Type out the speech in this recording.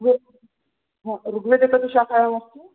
ऋग्वेदः हा ऋग्वेदे कति शाखाः एवमस्ति